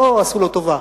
לא עשו לו טובה,